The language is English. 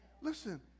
Listen